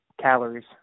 calories